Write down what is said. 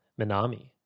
Minami